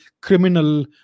criminal